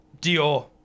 Dior